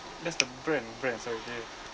that's the brand brand sorry ya